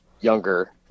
younger